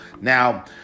Now